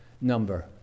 number